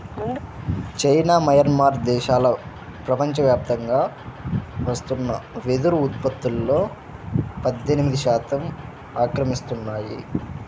China, Myanmar దేశాలు ప్రపంచవ్యాప్తంగా వస్తున్న వెదురు ఉత్పత్తులో పద్దెనిమిది శాతం ఆక్రమిస్తున్నాయి